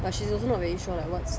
but she's also not very sure like what's